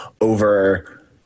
over